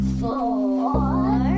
four